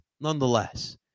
nonetheless